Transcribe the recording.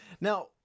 now